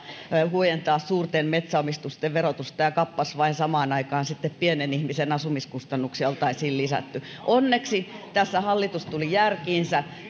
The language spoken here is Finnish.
huojentaa suurten metsäomistusten verotusta kappas vain samaan aikaan sitten pienen ihmisen asumiskustannuksia oltaisiin lisätty onneksi tässä hallitus tuli järkiinsä